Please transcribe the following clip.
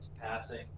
passing